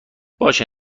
باشه